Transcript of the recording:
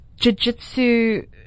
jujitsu